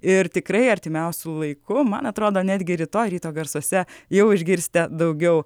ir tikrai artimiausiu laiku man atrodo netgi rytoj ryto garsuose jau išgirsite daugiau